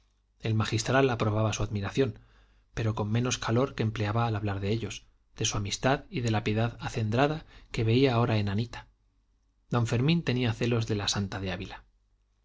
el magistral aprobaba su admiración pero con menos calor que empleaba al hablar de ellos de su amistad y de la piedad acendrada que veía ahora en anita don fermín tenía celos de la santa de ávila